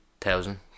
thousand